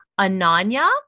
Ananya